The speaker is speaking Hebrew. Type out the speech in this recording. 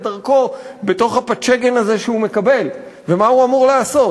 דרכו בתוך הפתשגן הזה שהוא מקבל ומה הוא אמור לעשות.